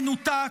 מנותק.